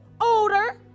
Odor